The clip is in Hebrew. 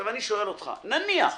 אני שואל אותך: נניח